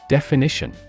Definition